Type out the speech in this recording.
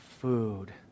food